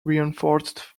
reinforced